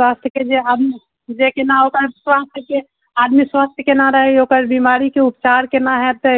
स्वास्थ के जे आब न जे केना ओकर स्वास्थ के आदमी स्वस्थ केना रहैए ओकर बीमारी के उपचार केना हेतै